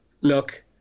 look